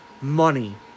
money